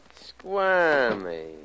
Squirmy